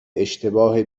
اشتباه